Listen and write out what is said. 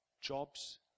Jobs